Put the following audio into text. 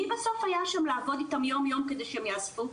מי בסוף היה שם לעבוד איתם יום יום כדי שהם יאספו?